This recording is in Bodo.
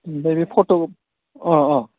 ओमफ्राय बे फट' अ अ